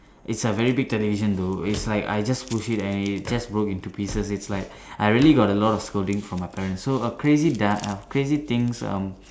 it's a very big television though it's like I just push and it just broke into pieces it's like I really got a lot of scolding from my parents so a crazy darn uh crazy things um